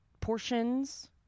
portions